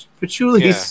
patchouli